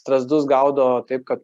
strazdus gaudo taip kad